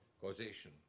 causation